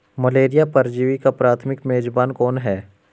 Malaria परजीवी का प्राथमिक मेजबान कौन है?